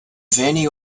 venue